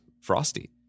frosty